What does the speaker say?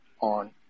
on